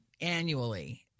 annually